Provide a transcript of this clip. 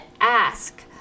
ask